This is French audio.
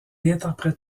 interprète